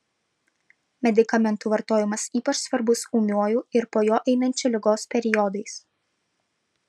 medikamentų vartojimas ypač svarbus ūmiuoju ir po jo einančiu ligos periodais